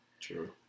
True